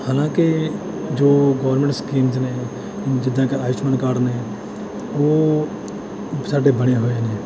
ਹਾਲਾਂਕਿ ਜੋ government schemes ਨੇ ਜਿੱਦਾਂ ਕਿ ਆਯੁਸ਼ਮਾਨ ਕਾਰਡ ਨੇ ਉਹ ਸਾਡੇ ਬਣੇ ਹੋਏ ਨੇ